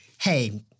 hey